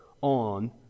on